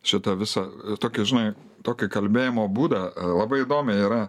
šitą visą tokį žinai tokį kalbėjimo būdą labai įdomiai yra